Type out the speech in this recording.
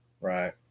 Right